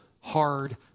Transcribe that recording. hard